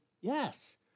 Yes